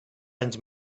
anys